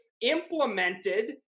implemented